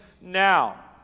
now